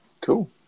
cool